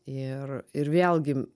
ir ir vėlgi